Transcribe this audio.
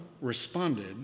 responded